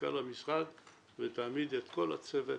המשרד, ותעמיד את כל הצוות לרשותם.